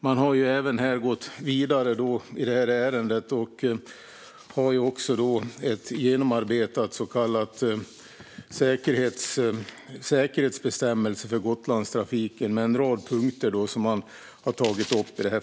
Man har även gått vidare i ärendet och har genomarbetade så kallade säkerhetsbestämmelser för Gotlandstrafiken med en rad punkter.